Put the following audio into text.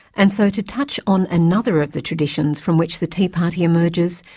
and so to touch on another of the traditions from which the tea party emerges,